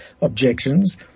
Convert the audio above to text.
objections